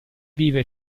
vive